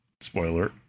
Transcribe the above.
spoiler